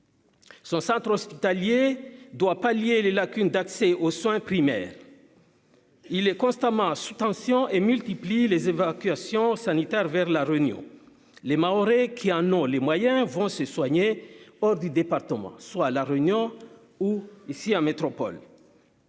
Son centre hospitalier doit pallier les lacunes d'accès aux soins primaires. Il est constamment sous tension et multiplie les évacuations sanitaires vers la Réunion, les Mahorais qui en ont les moyens vont se soigner hors du département, soit la Réunion ou ici en métropole.